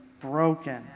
broken